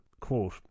Quote